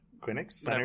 Clinics